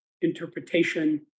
interpretation